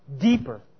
deeper